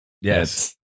Yes